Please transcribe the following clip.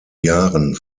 jahren